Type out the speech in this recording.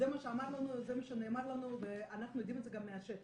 זה מה שנאמר לנו ואנחנו יודעים את זה גם מהשטח.